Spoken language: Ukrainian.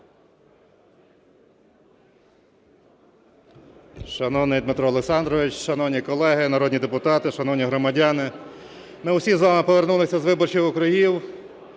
Шановний Дмитро Олександрович, шановні колеги народні депутати, шановні громадяни! Ми усі з вами повернулись з виборчих округів.